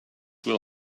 will